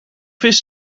vis